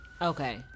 okay